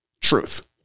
truth